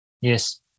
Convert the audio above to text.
Yes